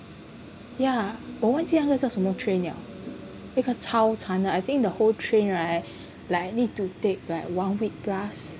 yeah 我忘记那个叫什么 train liao 一个超长的 I think the whole train right like need to take like one week plus